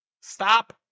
Stop